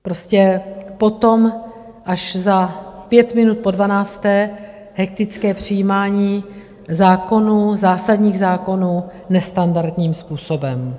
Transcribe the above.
Prostě potom, až za pět minut po dvanácté, hektické přijímání zákonů, zásadních zákonů nestandardním způsobem.